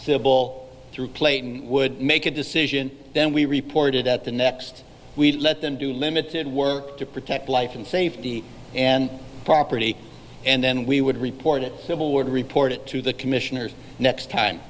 civil through plane would make a decision then we reported at the next we let them do limited work to protect life and safety and property and then we would report it civil would report it to the commissioners next time